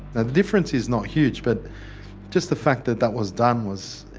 that difference is not huge, but just the fact that that was done was,